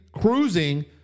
cruising